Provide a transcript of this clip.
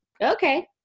Okay